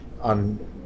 on